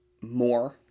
more